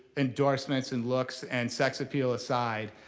endorsements and looks and sex appeal aside.